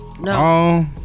No